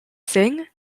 sing